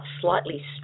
slightly